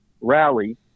rally